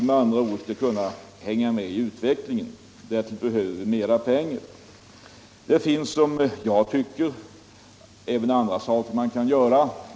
Med andra ord: Vi behöver mera pengar för att kunna hänga med i utvecklingen. Det finns även andra saker man kan göra.